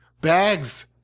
Bags